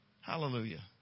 hallelujah